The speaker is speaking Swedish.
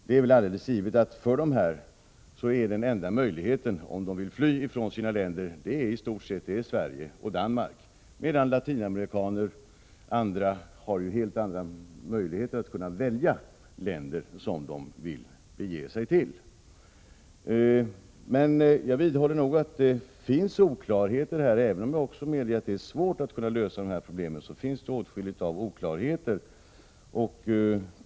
Det är väl helt givet att den enda möjligheten för människorna där, om de vill fly från sitt hemland, i stort sett är Sverige och Danmark. Latinamerikaner och andra däremot har helt andra möjligheter att välja vilket land de vill bege sig till. Jag vidhåller nog att det finns oklarheter i detta sammanhang. Men jag medger samtidigt att det är svårt att lösa sådana här problem. Det finns dock, Nr 137 som sagt, åtskilliga oklarheter.